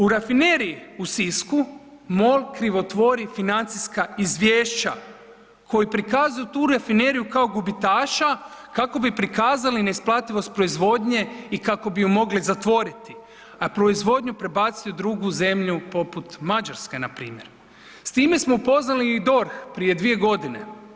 U rafineriji u Sisku MOL krivotvori financijska izvješća koji prikazuju tu rafineriju kao gubitaša kako bi prikazali neisplativost proizvodnje i kako bi ju mogli zatvoriti, a proizvodnju prebaciti u drugu zemlju poput Mađarske npr. S time smo upoznali i DORH prije 2 godine.